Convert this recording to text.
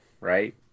right